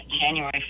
January